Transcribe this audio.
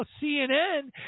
CNN